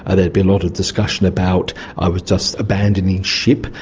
ah there'd be a lot of discussion about i was just abandoning ship.